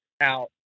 out